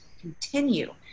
continue